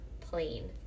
plain